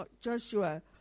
Joshua